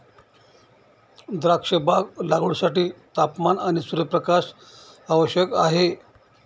द्राक्षबाग लागवडीसाठी तापमान आणि सूर्यप्रकाश आवश्यक आहे